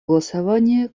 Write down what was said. голосования